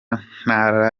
ntara